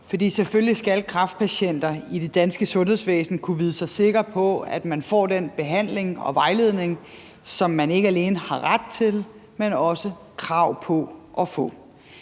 For selvfølgelig skal kræftpatienter i det danske sundhedsvæsen kunne vide sig sikre på, at man får den behandling og vejledning, som man ikke alene har ret til, men også krav på at få.